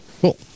cool